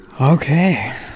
okay